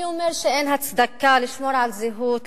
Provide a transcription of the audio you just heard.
מי אומר שאין הצדקה לשמור על זהות,